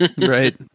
Right